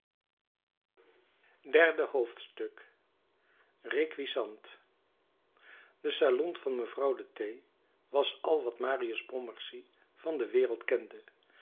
derde hoofdstuk requiescant de salon van mevrouw de t was al wat marius pontmercy van de wereld kende